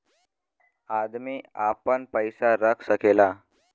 अदमी आपन पइसा रख सकेला